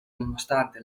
nonostante